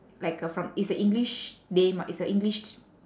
like a from it's a english name ah it's a english